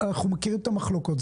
אנחנו מכירים את המחלוקות.